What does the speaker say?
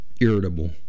irritable